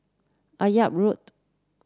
Akyab Road